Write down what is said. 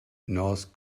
north